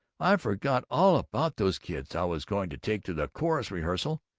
i forgot all about those kids i was going to take to the chorus rehearsal.